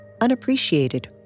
unappreciated